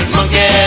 Monkey